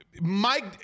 Mike